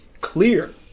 Clear